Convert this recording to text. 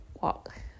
walk